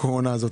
הקורונה הזאת,